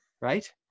right